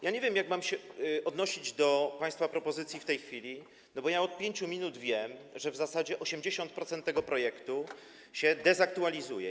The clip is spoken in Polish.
Ja nie wiem, jak mam się odnosić do państwa propozycji w tej chwili, bo ja od 5 minut wiem, że w zasadzie 80% tego projektu się dezaktualizuje.